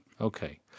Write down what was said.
Okay